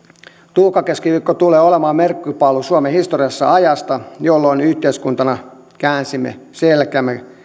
tuhkakeskiviikko tulee olemaan merkkipaalu suomen historiassa ajasta jolloin yhteiskuntana käänsimme selkämme